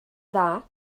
dda